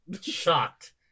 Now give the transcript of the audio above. Shocked